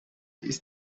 ist